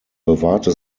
bewahrte